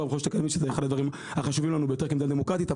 שזה אחד הדברים החשובים לנו ביותר כמדינה דמוקרטית.